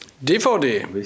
DVD